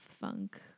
funk